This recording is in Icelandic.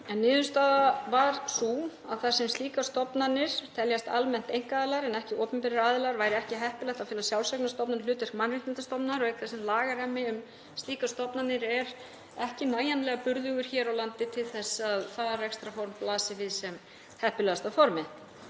en niðurstaðan varð sú, að þar sem slíkar stofnanir teljast almennt einkaaðilar en ekki opinberir aðilar væri ekki heppilegt að fela sjálfseignarstofnun hlutverk mannréttindastofnunar auk þess sem lagarammi um slíkar stofnanir er ekki nægjanlega burðugur hér á landi til þess að það rekstrarform blasi við sem heppilegasta formið.